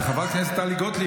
חברת הכנסת טלי גוטליב,